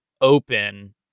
open